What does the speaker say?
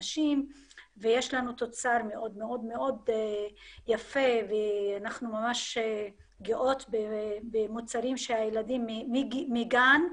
נשים ויש לנו תוצר מאוד מאוד יפה ואנחנו ממש גאות במוצרים שהילדים מגן,